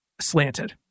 slanted